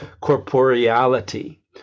corporeality